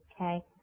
okay